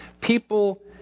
people